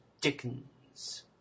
Dickens